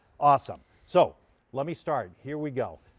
awesome. so let me start, here we go.